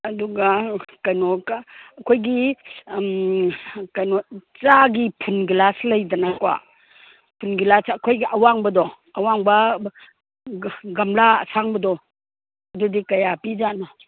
ꯑꯗꯨꯒ ꯀꯩꯅꯣꯒ ꯑꯩꯈꯣꯏꯒꯤ ꯑꯝ ꯀꯩꯅꯣ ꯆꯥꯒꯤ ꯐꯨꯜ ꯒ꯭ꯂꯥꯁ ꯂꯩꯗꯅꯀꯣ ꯐꯨꯟ ꯒꯤꯂꯥꯁ ꯑꯩꯈꯣꯏꯒꯤ ꯑꯋꯥꯡꯕꯗꯣ ꯒꯝꯂꯥ ꯑꯁꯥꯡꯕꯗꯣ ꯑꯗꯨꯗꯤ ꯀꯌꯥ ꯄꯤꯖꯥꯠꯅꯣ